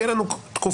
תהיה לנו תקופה,